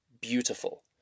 beautiful